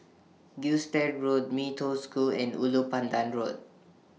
Gilstead Road Mee Toh School and Ulu Pandan Road